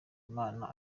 imana